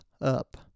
up